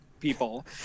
People